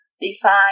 define